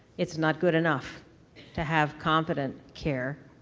it's not good enough to have competent care,